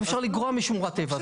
כך גם אפשר לגרוע משמורת הטבע.